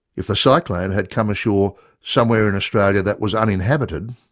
if the cyclone had come ashore somewhere in australia that was uninhabited,